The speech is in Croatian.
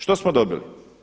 Što smo dobili?